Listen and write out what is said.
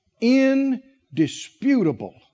indisputable